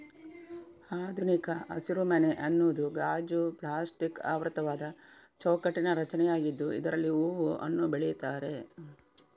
ಆಧುನಿಕ ಹಸಿರುಮನೆ ಅನ್ನುದು ಗಾಜು, ಪ್ಲಾಸ್ಟಿಕ್ ಆವೃತವಾದ ಚೌಕಟ್ಟಿನ ರಚನೆಯಾಗಿದ್ದು ಇದ್ರಲ್ಲಿ ಹೂವು, ಹಣ್ಣು ಬೆಳೀತಾರೆ